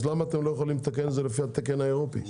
אז למה אתם לא יכולים לתקן את זה לפי התקן האירופי?